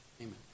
amen